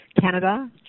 Canada